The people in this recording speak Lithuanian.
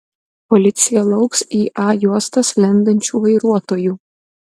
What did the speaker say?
policija lauks į a juostas lendančių vairuotojų